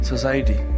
society